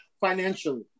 financially